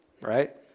right